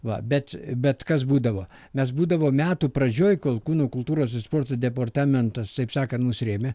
va bet bet kas būdavo mes būdavom metų pradžioje kol kūno kultūros ir sporto departamentas taip sakant mus rėmė